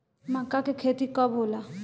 मक्का के खेती कब होला?